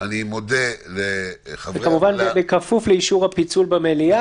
אני מודה לחברי הוועדה -- וכמובן בכפוף לאישור הפיצול במליאה,